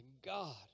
God